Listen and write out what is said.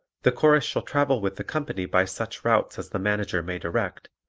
the chorus shall travel with the company by such routes as the manager may direct,